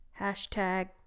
Hashtag